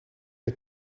het